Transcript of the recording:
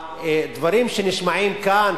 הדברים שנשמעים כאן,